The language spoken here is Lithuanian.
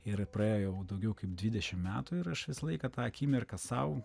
ir praėjo jau daugiau kaip dvidešim metų ir aš visą laiką tą akimirką sau